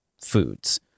foods